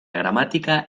gramática